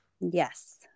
Yes